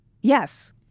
Yes